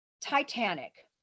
Titanic